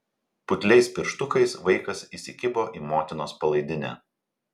putliais pirštukais vaikas įsikibo į motinos palaidinę